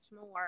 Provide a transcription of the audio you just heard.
more